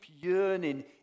yearning